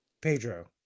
Pedro